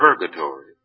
purgatory